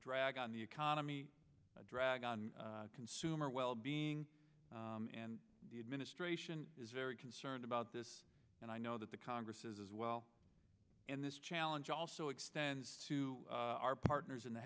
drag on the economy a drag on consumer wellbeing and the administration is very concerned about this and i know that the congress as well in this challenge also extends to our partners in the